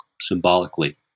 Symbolically